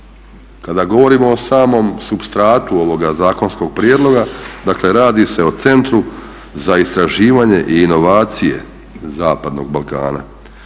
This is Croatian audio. Kada govorimo o samom supstratu ovoga zakonskog prijedloga dakle radi se o Centru za istraživanje i inovacije zapadnog Balkana.